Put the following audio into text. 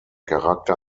charakter